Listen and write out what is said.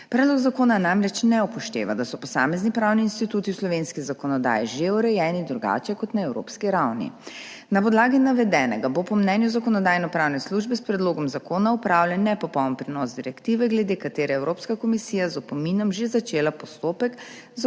Predlog zakona namreč ne upošteva, da so posamezni pravni instituti v slovenski zakonodaji že urejeni drugače kot na evropski ravni. Na podlagi navedenega bo po mnenju Zakonodajno-pravne službe s predlogom zakona opravljen nepopoln prenos direktive, glede katere je Evropska komisija z opominom že začela postopek za